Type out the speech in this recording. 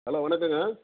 hello வணக்கங்க